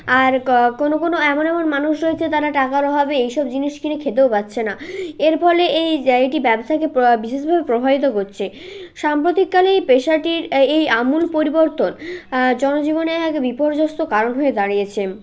আর কোনো কোনো এমন এমন মানুষ রয়েছে তারা টাকার অভাবে এইসব জিনিস কিনে খেতেও পারছে না এর ফলে এই যা এটি ব্যবসাকে বিশেষভাবে প্রভাবিত করছে সাম্প্রতিককালে এই পেশাটির এই আমূল পরিবর্তন জনজীবনে এক বিপর্যস্ত কারণ হয়ে দাঁড়িয়েছে